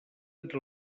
entre